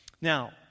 Now